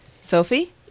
sophie